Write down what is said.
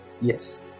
Yes